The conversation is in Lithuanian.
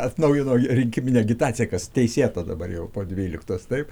atnaujino rinkiminę agitaciją kas teisėta dabar jau po dvyliktos taip